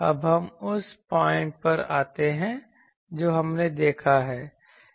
अब हम उस पॉइंट पर आते हैं जो हमने देखा है